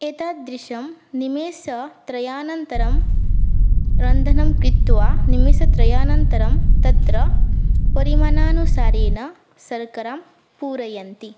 एतादृशं निमेषत्रयानन्तरं रन्धनं कृत्वा निमेषत्रयानन्तरं तत्र परिमानानुसारेण शर्करां पूरयन्ति